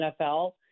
NFL